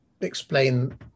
explain